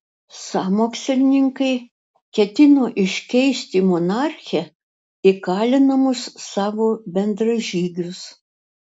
sąmokslininkai ketino iškeisti monarchę į kalinamus savo bendražygius